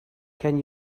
can